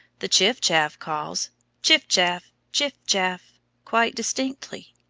the chiff-chaff calls chiff-chaff, chiff-chaff quite distinctly.